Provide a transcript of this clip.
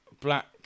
Black